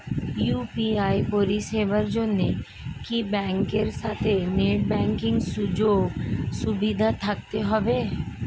UPI পরিষেবার জন্য কি ব্যাংকের সাথে নেট ব্যাঙ্কিং সুযোগ সুবিধা থাকতে হবে?